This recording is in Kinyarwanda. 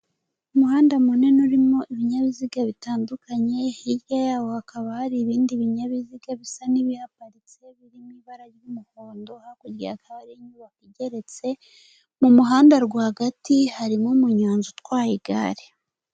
Umuhanda munini urimo ibinyabiziga bitandukanye hirya yawo hakaba hari ibindi binyabiziga bisa n'ibihaparitse, biri mu ibara ry'umuhondo, hakurya hakaba hari inyubako igeretse, mu muhanda rwagati harimo umunyonzi utwaye igare.